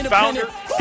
founder